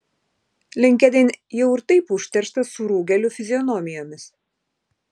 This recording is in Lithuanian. linkedin jau ir taip užterštas surūgėlių fizionomijomis